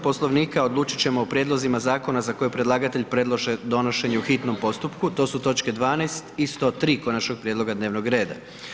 Poslovnika odlučit ćemo o prijedlozima zakona za koje predlagatelj predlaže donošenje u hitnom postupku, to su točke 12. i 103. konačnog prijedloga dnevnog reda.